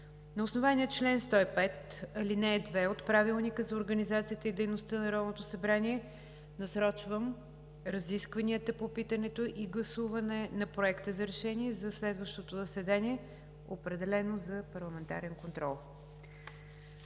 На основание чл. 105, ал. 2 от Правилника за организацията и дейността на Народното събрание насрочвам разискванията по питането и гласуване на Проекта за решение за следващото заседание, определено за парламентарен контрол.